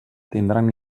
tindran